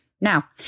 Now